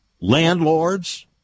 landlords